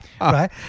right